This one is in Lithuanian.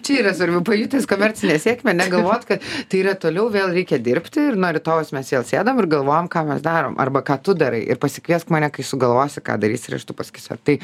čia yra svarbiau pajutęs komercinę sėkmę negalvot kad tai yra toliau vėl reikia dirbti ir nuo rytojaus mes vėl sėdam ir galvojam ką mes darome arba ką tu darai ir pasikviesk mane kai sugalvosi ką darys ir aš tau pasakysiu ar tai